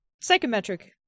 psychometric